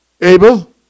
Abel